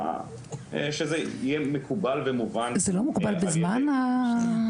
שזה יהיה מקובל ומובן -- זה לא מוגבל בזמן הדוברים?